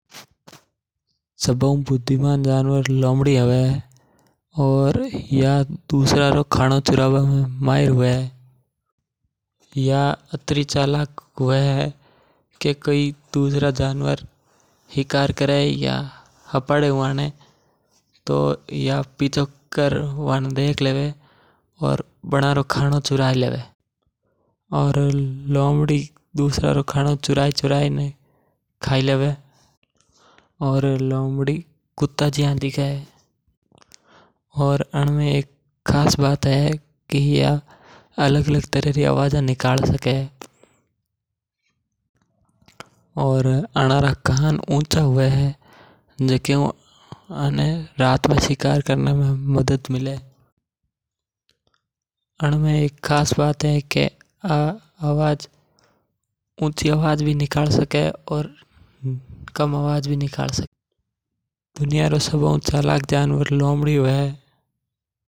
सबा हुं बुद्धिमान जानवर लोमड़ी है और या दुसरा तो खाणो चुरावा में माहिर है। यो खुद शिकार कोनी करे दुसरा रो खाणो चुराई ने खाई लेवे और आणमे एक खास बात है कि यो अलग अलग तरह री आवाजा निकाल लेवे। लोमड़ी दिखाणे में तेजड़ा मतलब कुत्ता जियू है।